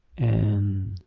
and